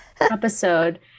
episode